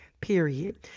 period